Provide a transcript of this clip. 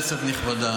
כנסת נכבדה,